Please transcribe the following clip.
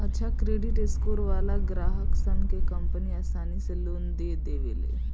अच्छा credit score वालन ग्राहकसन के कंपनि आसानी से लोन दे देवेले